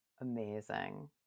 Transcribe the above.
amazing